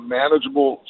manageable